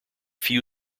few